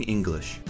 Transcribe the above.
English